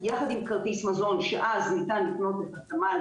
משרד הכלכלה והתעשייה יובל טלר רכז פיננסיים באגף